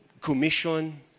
commission